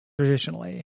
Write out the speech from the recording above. traditionally